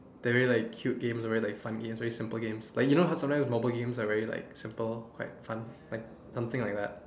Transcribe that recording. they're very like cute games or very like fun games very simple games like you know how sometimes mobile games are very like simple quite fun like something like that